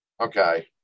Okay